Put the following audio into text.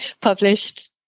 published